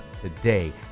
today